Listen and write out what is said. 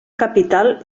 capital